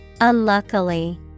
unluckily